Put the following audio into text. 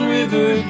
River